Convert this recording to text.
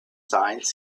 since